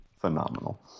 phenomenal